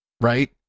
Right